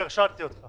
אני יותר שאלתי אותך.